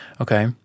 Okay